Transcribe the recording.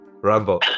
rambo